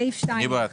סעיף 2 יימחק.